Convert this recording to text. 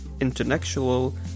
intellectual